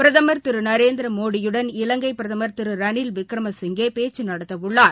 பிரதமர் திரு நரேந்திரமோடி யுடன் இலங்கை பிரதமர் திரு ரணில விக்ரமசிங்கே பேச்சு நடத்தவுள்ளார்